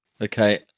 Okay